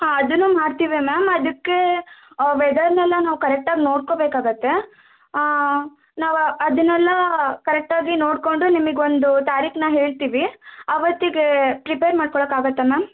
ಹಾಂ ಅದನ್ನು ಮಾಡ್ತೀವಿ ಮ್ಯಾಮ್ ಅದಕ್ಕೆ ವೆದರ್ನೆಲ್ಲ ನಾವು ಕರೆಕ್ಟಾಗಿ ನೋಡ್ಕೊಬೇಕಾಗತ್ತೆ ನಾವು ಅದನ್ನೆಲ್ಲಾ ಕರೆಕ್ಟಾಗಿ ನೋಡ್ಕೊಂಡು ನಿಮಗೆ ಒಂದು ತಾರೀಖ್ನ ಹೇಳ್ತೀವಿ ಅವತ್ತಿಗೆ ಪ್ರಿಪೇರ್ ಮಾಡ್ಕೊಳಕ್ಕೆ ಆಗತ್ತ ಮ್ಯಾಮ್